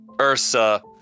Ursa